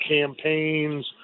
campaigns